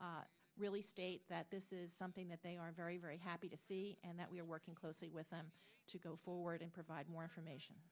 sikorsky really state that this is something that they are very very happy to see and that we are working closely with them to go forward and provide more information